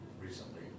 recently